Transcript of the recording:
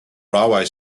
railway